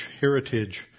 heritage